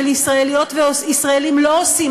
שישראליות וישראלים לא עושים.